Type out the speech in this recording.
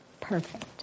perfect